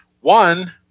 One